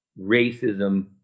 racism